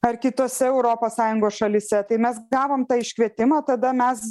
ar kitose europos sąjungos šalyse tai mes gavom tą iškvietimą tada mes